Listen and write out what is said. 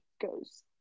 goes